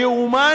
היאומן?